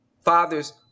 father's